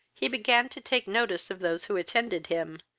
he began to take notice of those who attended him,